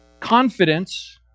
Confidence